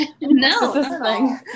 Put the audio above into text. No